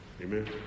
Amen